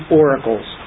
oracles